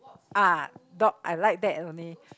ah dog I like that only